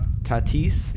Tatis